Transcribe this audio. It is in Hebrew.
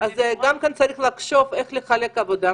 אז גם צריך לחשוב איך לחלק את העבודה.